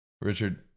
Richard